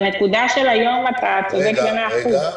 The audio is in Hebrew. בנקודה של היום אתה צודק במאה אחוזים.